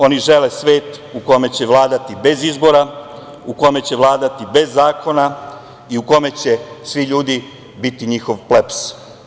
Oni žele svet u kome će vladati bez izbora, u kome će vladati bez zakona i u kome će svi ljudi biti njihov plebs.